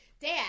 Dad